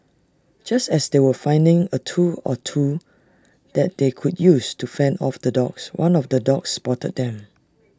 just as they were finding A tool or two that they could use to fend off the dogs one of the dogs spotted them